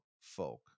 folk